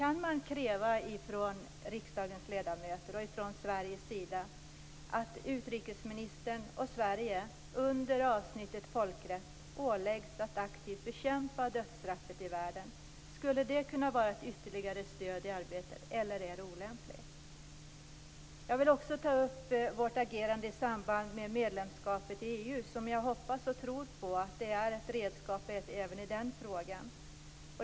Då undrar jag: Kan riksdagens ledamöter och Sverige kräva att utrikesministern och Sverige under avsnittet som behandlar folkrätt åläggs att aktivt bekämpa dödsstraffet i världen? Skulle det kunna vara ett ytterligare stöd i arbetet, eller är det olämpligt? Jag vill också ta upp vårt agerande i samband med medlemskapet i EU. Jag hoppas och tror att det är ett redskap även i den här frågan.